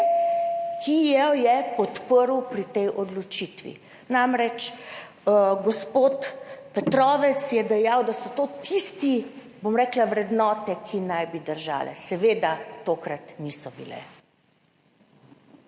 ki jo je podprl pri tej odločitvi, namreč gospod Petrovec je dejal, da so to tiste, bom rekla, vrednote, ki naj bi držale, seveda tokrat niso bile.